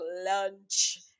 lunch